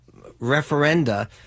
referenda